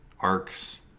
arcs